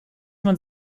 man